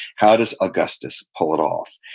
how does augustus pull it off?